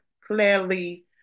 Clearly